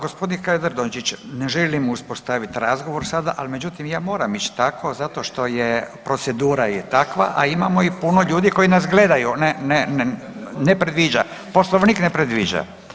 Gospodin Hajdaš Dončić, ne želim uspostavit razgovor sada, al međutim ja moram ić tako zato što je, procedura je takva, a imamo i puno ljudi koji nas gledaju. … [[Upadica iz klupe se ne razumije]] Ne, ne, ne predviđa, Poslovnik ne predviđa.